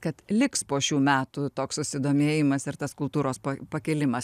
kad liks po šių metų toks susidomėjimas ir tas kultūros pa pakėlimas